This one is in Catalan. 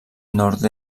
nord